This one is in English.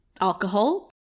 alcohol